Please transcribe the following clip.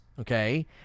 okay